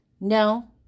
No